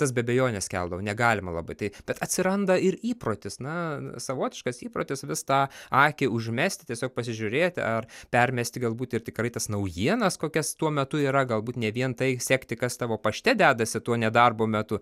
tas be abejonės keldavo negalima labai tai bet atsiranda ir įprotis na savotiškas įprotis vis tą akį užmesti tiesiog pasižiūrėti ar permesti galbūt ir tikrai tas naujienas kokias tuo metu yra galbūt ne vien tai sekti kas tavo pašte dedasi tuo nedarbo metu